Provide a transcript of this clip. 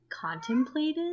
contemplated